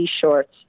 shorts